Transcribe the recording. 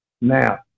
Now